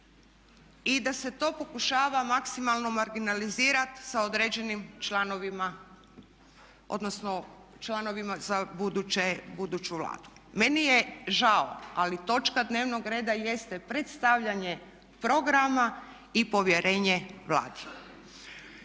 i da se to pokušava maksimalno marginalizirati sa određenim članovima, odnosno članovima za buduću Vladu. Meni je žao, ali točka dnevnog reda jeste predstavljanje programa i povjerenje Vladi.